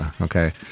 okay